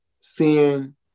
Seeing